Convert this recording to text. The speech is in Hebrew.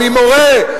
אני מורה,